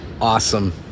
awesome